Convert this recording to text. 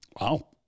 Wow